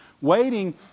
Waiting